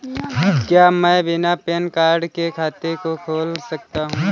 क्या मैं बिना पैन कार्ड के खाते को खोल सकता हूँ?